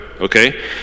okay